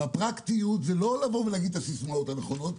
והפרקטיות זה לא לבוא ולהגיד את הסיסמאות הנכונות,